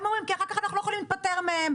הם אומרים: כי אחר כך אנחנו לא יכולים להיפטר מהם.